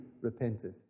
repented